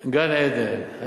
גן-עדן.